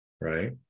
Right